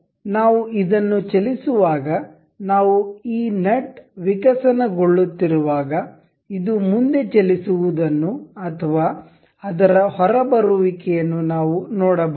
ಆದ್ದರಿಂದ ನಾವು ಇದನ್ನು ಚಲಿಸುವಾಗ ನಾವು ಈ ನಟ್ ವಿಕಸನಗೊಳ್ಳುತ್ತಿರುವಾಗ ಇದು ಮುಂದೆ ಚಲಿಸುವುದನ್ನು ಅಥವಾ ಅದರ ಹೊರಬರುವಿಕೆಯನ್ನು ನಾವು ನೋಡಬಹುದು